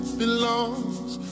belongs